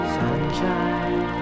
sunshine